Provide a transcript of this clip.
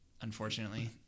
unfortunately